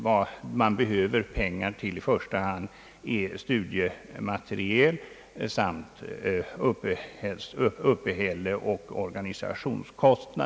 Vad man behöver pengar till i första hand är studiemateriel samt kostnader för uppehälle och organisation.